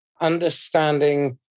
understanding